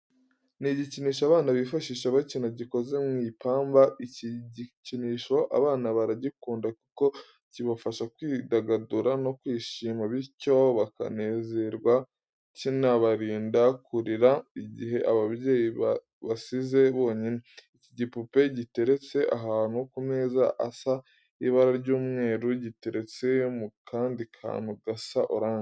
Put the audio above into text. Ni igikinisho abana bifashisha bakina gikoze mu ipamba, iki gikinisho abana baragikunda kuko kibafasha kwidagadura no kwishima, bityo bakanezerwa. Kinabarinda kurira igihe ababyeyi babasize bonyine. Iki gipupe giteretse ahantu ku meza asa ibara ry'umweru, giteretse mu kandi kantu gasa oranje.